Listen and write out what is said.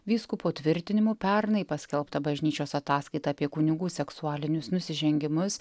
vyskupo tvirtinimu pernai paskelbta bažnyčios ataskaita apie kunigų seksualinius nusižengimus